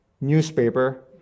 newspaper